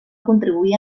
contribuir